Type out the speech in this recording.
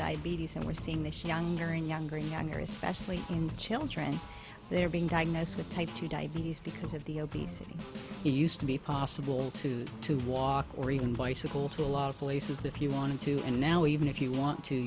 diabetes and we're seeing this younger and younger younger especially in children they're being diagnosed with type two diabetes because of the obesity it used to be possible to do to walk or even bicycle to a lot of places if you wanted to and now even if you want to